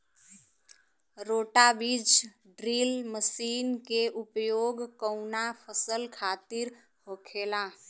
रोटा बिज drill machine के उपयोग कऊना फसल खातिर होखेला?